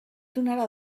donarà